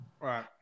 right